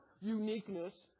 uniqueness